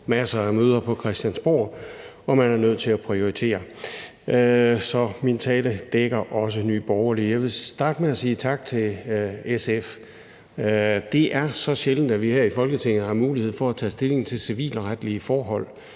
masser af møder på Christiansborg, og man er nødt til at prioritere, så min tale dækker også Nye Borgerlige. Jeg vil starte med at sige tak til SF. Det er så sjældent, at vi her i Folketinget har mulighed for at tage stilling til civilretlige forhold.